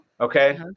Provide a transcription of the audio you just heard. Okay